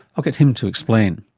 i'll get him to explain.